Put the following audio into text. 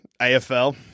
AFL